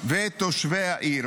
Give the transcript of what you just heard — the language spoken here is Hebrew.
ותושבי העיר,